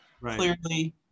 clearly